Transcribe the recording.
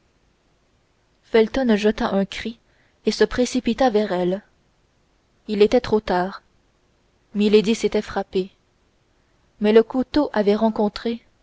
felton jeta un cri et se précipita vers elle il était trop tard milady s'était frappée mais le couteau avait rencontré